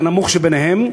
הנמוך מביניהם,